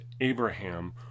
Abraham